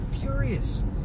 furious